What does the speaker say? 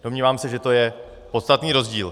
Domnívám se, že to je podstatný rozdíl.